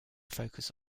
focus